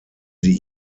sie